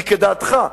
היא כדעתך,